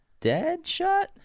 Deadshot